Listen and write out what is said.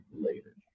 later